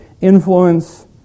influence